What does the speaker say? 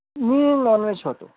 मी nonveg खातो